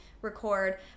record